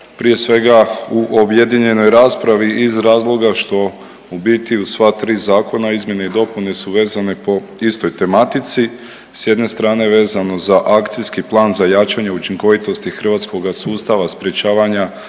prije svega u objedinjenoj raspravi iz razloga što u biti u sva tri zakona izmjene i dopune su vezane po istoj tematici, s jedne strane vezano za akcijski plan za jačanje učinkovitosti hrvatskoga sustava sprječavanja